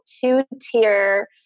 two-tier